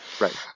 Right